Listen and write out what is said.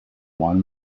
one